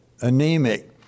anemic